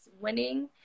winning